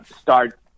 start